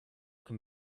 can